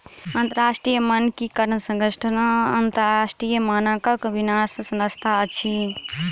अंतरराष्ट्रीय मानकीकरण संगठन अन्तरराष्ट्रीय मानकक विन्यास संस्थान अछि